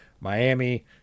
Miami